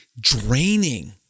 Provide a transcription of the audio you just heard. draining